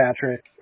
Patrick